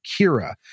Kira